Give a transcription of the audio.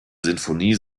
sinfonie